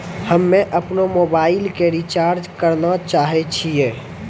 हम्मे अपनो मोबाइलो के रिचार्ज करना चाहै छिये